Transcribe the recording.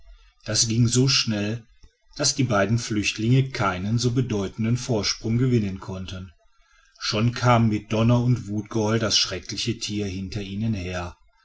dies ging so schnell daß die beiden flüchtlinge keinen so bedeutenden vorsprung gewinnen konnten schon kam mit donner und wutgeheul das schreckliche tier hinter ihnen her